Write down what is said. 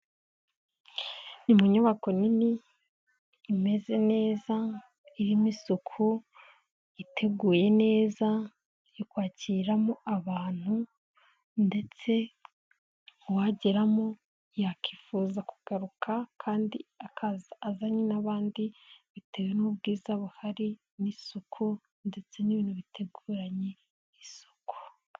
Ni mu nyubako nini imeze neza irimo isuku iteguye neza yo kwakiramo abantu ndetse uwageramo yakifuza kugaruka kandi akaza azanye n'abandi bitewe n'ubwiza buhari n'isuku ndetse n'ibintu biteguranye isuku.